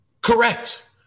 Correct